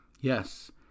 Yes